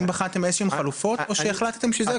האם בחנתם איזה שהן חלופות או שהחלטתם שזהו ---.